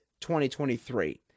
2023